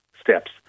steps